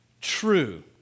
true